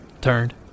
turned